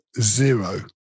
zero